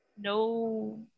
no